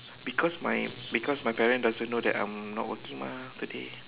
because my because my parent doesn't know that I'm not working mah today